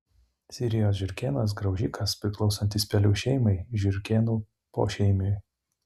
sirijos žiurkėnas graužikas priklausantis pelių šeimai žiurkėnų pošeimiui